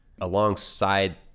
Alongside